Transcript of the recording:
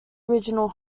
original